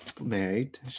married